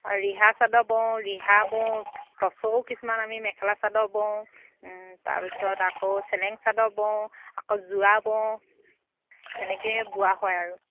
হাঁ ৰিহা চাদৰ বওঁ ৰিহা বওঁ তছও কিছুমান আমি মেখেলা চাদৰ বওঁ তাৰপিছত আকৌ চেলেং চাদৰ বওঁ আকৌ যোৰা বওঁ সেনেকৈয়ে বোৱা হয় আৰু